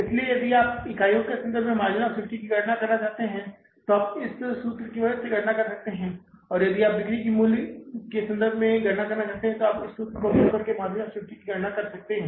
इसलिए यदि आप इकाइयों के संदर्भ में मार्जिन ऑफ़ सेफ्टी की गणना करना चाहते हैं तो आप इस सूत्र की मदद से गणना कर सकते हैं और यदि आप बिक्री के संदर्भ में गणना करना चाहते हैं तो आप इस सूत्र का उपयोग मार्जिन ऑफ़ सेफ्टी की गणना करने के लिए भी कर सकते हैं